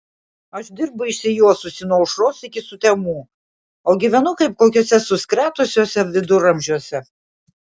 aš dirbu išsijuosusi nuo aušros iki sutemų o gyvenu kaip kokiuose suskretusiuose viduramžiuose